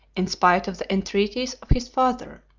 in spite of the entreaties of his father.